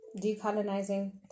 decolonizing